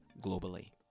globally